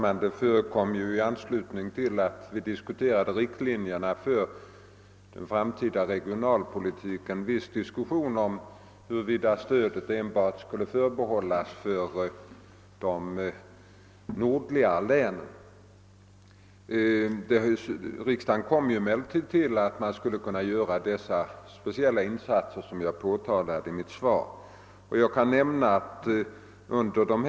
Herr talman! I anslutning till vårens diskussion om riktlinjerna för den framtida regionalpolitiken förekom ett visst meningsutbyte om huruvida lokaliseringsstödet enbart skulle förbehållas de nordliga länen. Riksdagen kom emellertid fram till att speciella insatser av det slag jag nämnde i mitt svar skulle kunna göras även i framtiden.